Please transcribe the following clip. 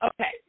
Okay